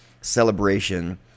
celebration